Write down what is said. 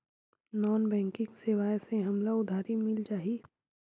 Non banking सेवाएं से हमला उधारी मिल जाहि?